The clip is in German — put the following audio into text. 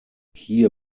hier